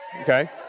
Okay